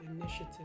initiative